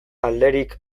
alderik